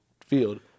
field